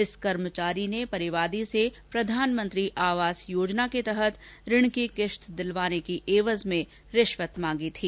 इस कर्मचारी ने परिवादी से प्रधानमंत्रखी आवास योजना के तहत ऋण की किश्त दिलवाने की एवज में रिश्वत मांगी थी